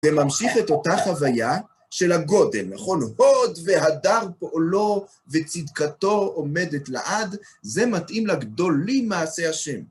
וממשיך את אותה חוויה של הגודל, נכון? הוד והדר פועולו וצדקתו עומדת לעד, זה מתאים לגדולים מעשי השם.